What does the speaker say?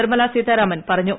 നിർമ്മലാ സീതാരാമൻ പറഞ്ഞു